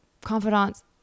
confidants